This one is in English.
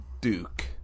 Duke